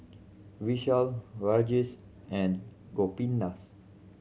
Vishal Rajesh and Gopinath